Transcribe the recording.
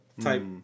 type